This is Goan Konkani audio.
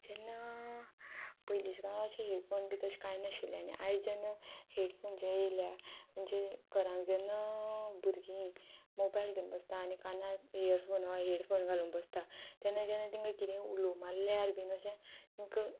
जेन्ना पयलींच्या काळ अशें हेडफोन बी तशें कांय नाशिल्ले आनी आयज जेन्ना हेडफोन जे येयल्या म्हणजे घरांक जेन्ना भुरगीं मोबायल घेवन बसता आनी काना इयरफोन हो हेडफोन घालूंक बसता तेन्ना जेन्ना तेंका कितें उलोव मारल्यार बीन अशें तेंका